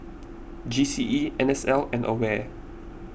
G C E N S L and Aware